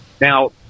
Now